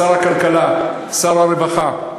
שר הכלכלה, שר הרווחה,